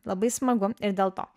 labai smagu ir dėl to